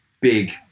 big